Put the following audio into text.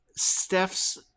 Steph's